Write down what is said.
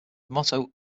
motto